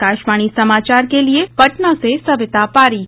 आकाशवाणी समाचार के लिए पटना से सविता पारीक